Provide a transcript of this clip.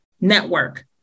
Network